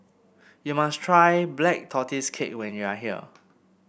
you must try Black Tortoise Cake when you are here